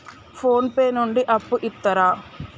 Phone pay నుండి అప్పు ఇత్తరా?